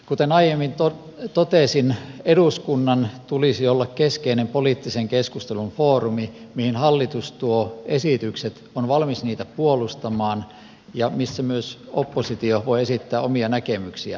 kuten aiemmin totesin eduskunnan tulisi olla keskeinen poliittisen keskustelun foorumi mihin hallitus tuo esitykset on valmis niitä puolustamaan ja missä myös oppositio voi esittää omia näkemyksiään